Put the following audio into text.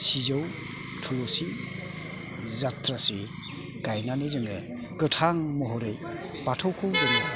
सिजौ थुलसि जाथ्रासि गायनानै जोङो गोथां महरै बाथौखौ दुमो